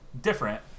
different